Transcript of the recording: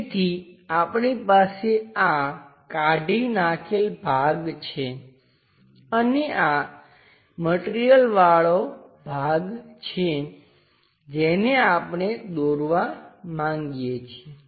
તેથી આપણી પાસે આ કાઢી નાખેલ ભાગ છે અને આ મટિરિયલવાળો ભાગ છે જેને આપણે દોરવા માંગીએ છીએ